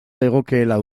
legokeela